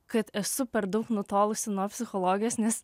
kad esu per daug nutolusi nuo psichologijos nes